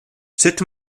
sut